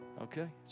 Okay